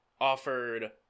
offered